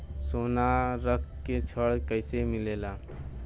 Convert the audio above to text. सोना रख के ऋण कैसे मिलेला?